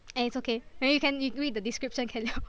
eh it's okay maybe you can read the discription can 了